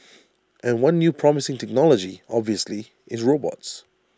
and one new promising technology obviously is robots